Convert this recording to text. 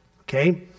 okay